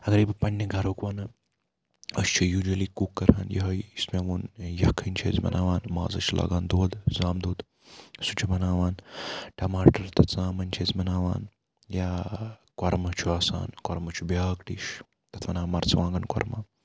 اگَرے بہٕ پَننہِ گَرُک وَنہٕ أسۍ چھِ یوٗجولی کُک کَران یٕہٕے یُس مےٚ وون یَکھٕنۍ چھِ أسۍ بَناوان مازَس چھِ لاگان دۄد زامُت دۄد سُہ چھُ بَناوان ٹَماٹَر تہٕ ژامن چھِ أسۍ بَناوان یا کۄرمہٕ چھُ آسان کۄرمہٕ چھُ بیاکھ ڈش تتھ وَنان مَرژوانٛگَن کۄرمہٕ